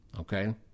okay